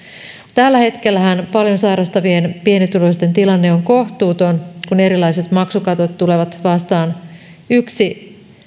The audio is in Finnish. tällä hetkellähän paljon sairastavien pienituloisten tilanne on kohtuuton kun erilaiset maksukatot tulevat vastaan yksi